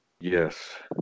Yes